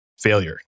failure